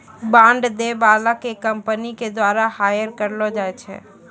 bond दै बाला के कंपनी के द्वारा हायर करलो जाय छै